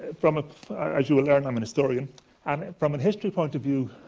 from a as you will learn, i'm a historian and from a history point of view,